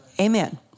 Amen